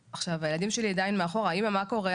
והילדים שלי עדיין מאחורה "אמא מה קורה?